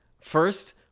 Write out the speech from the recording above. First